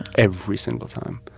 every single time.